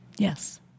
Yes